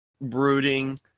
brooding